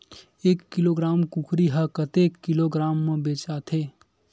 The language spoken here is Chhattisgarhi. एक किलोग्राम कुकरी ह कतेक किलोग्राम म बेचाथे?